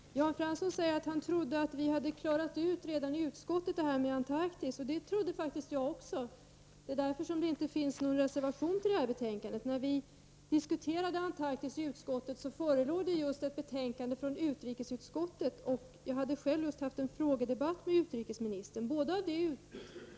Fru talman! Jan Fransson säger att han trodde att vi redan i utskottet hade klarat ut den fråga som gäller Antarktis. Det trodde faktiskt jag också. Det är därför som det inte finns någon reservation i ärendet. När vi i utskottet diskuterade frågan om Antarktis förelåg det ett betänkande från utrikesutskottet. Jag hade just fått svar på och diskuterat en enkel fråga med utrikesministern i saken.